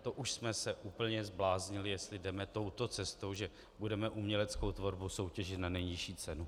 To už jsme se úplně zbláznili, jestli jdeme touto cestou, že budeme uměleckou tvorbu soutěžit na nejnižší cenu.